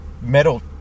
metal